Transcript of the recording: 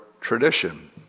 tradition